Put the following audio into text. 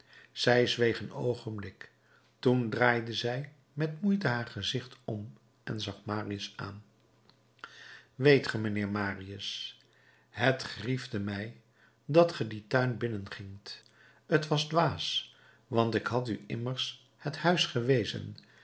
zij zweeg een oogenblik toen draaide zij met moeite haar gezicht om en zag marius aan weet ge mijnheer marius het griefde mij dat ge dien tuin binnengingt t was dwaas want ik had u immers het huis gewezen